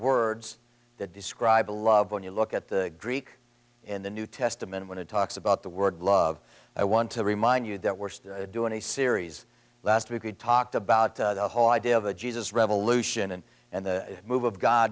words that describe a lot of when you look at the greek in the new testament when it talks about the word love i want to remind you that we're doing a series last week you talked about the whole idea of a jesus revolution and and the move of god